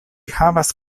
havas